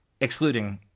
excluding